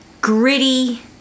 gritty